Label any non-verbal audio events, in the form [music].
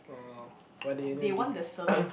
oh why they never give you [coughs]